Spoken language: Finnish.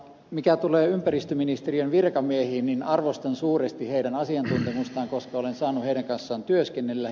mitä tulee ympäristöministeriön virkamiehiin niin arvostan suuresti heidän asiantuntemustaan koska olen saanut heidän kanssaan työskennellä